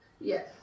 Yes